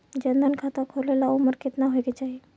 जन धन खाता खोले ला उमर केतना होए के चाही?